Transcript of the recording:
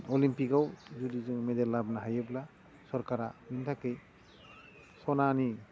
अलिम्पिकआव जुदि जों मेडेल लाबोनो हायोब्ला सरखारा बिनि थाखाय सनानि